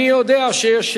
אני יודע שיש